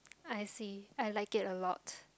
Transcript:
I see I like it a lot